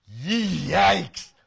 yikes